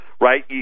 right